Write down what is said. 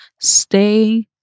stay